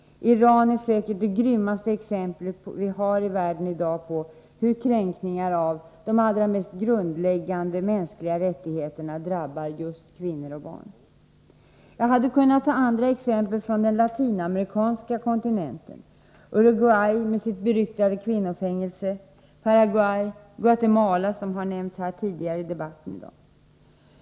Iran är säkert det grymmaste exempel vi har i världen i dag på hur kränkningar av de allra mest grundläggande mänskliga rättigheterna drabbar just kvinnor och barn. Jag hade kunnat ta andra exempel från den latinamerikanska kontinenten, t.ex. Uruguay med sitt beryktade kvinnofängelse, Paraguay eller Guatemala, som har nämnts tidigare i debatten i dag.